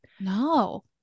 No